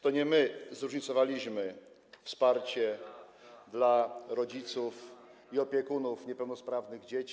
to nie my zróżnicowaliśmy wsparcie dla rodziców i opiekunów niepełnosprawnych dzieci.